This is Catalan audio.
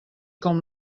com